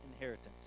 inheritance